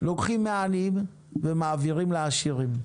לוקחים מהעניים ומעבירים לעשירים.